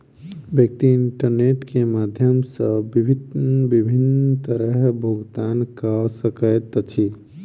व्यक्ति इंटरनेट के माध्यम सॅ भिन्न भिन्न तरहेँ भुगतान कअ सकैत अछि